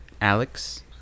Alex